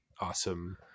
awesome